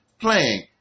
playing